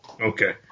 okay